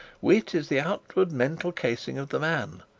wit is the outward mental casing of the man,